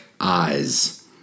eyes